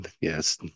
Yes